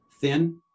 thin